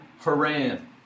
Haran